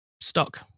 stuck